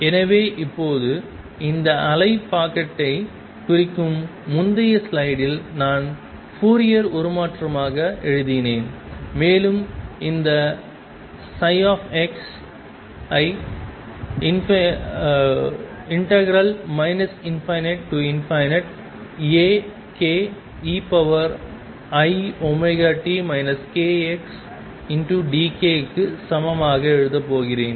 எனவே இப்போது இந்த அலை பாக்கெட்டைக் குறிக்கும் முந்தைய ஸ்லைடில் நான் ஃபோரியர் உருமாற்றமாக எழுதினேன் மேலும் இந்த ψ ஐ ∞ Akeiωt kxdk க்கு சமமாக எழுதப் போகிறேன்